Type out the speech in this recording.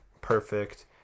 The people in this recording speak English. perfect